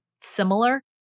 similar